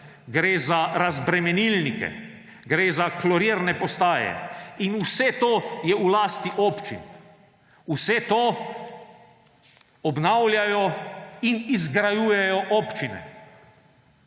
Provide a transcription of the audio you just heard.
Gre za razbremenilnike. Gre za klorirne postaje. In vse to je v lasti občin. Vse to obnavljajo in izgrajujejo občine.